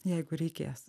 jeigu reikės